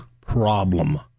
problem